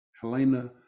helena